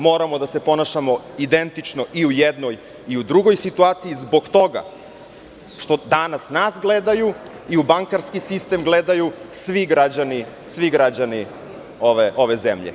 Moramo da se ponašamo identično i u jednoj i u drugoj situaciji i zbog toga što danas nas gledaju i u bankarski sistem gledaju svi građani ove zemlje.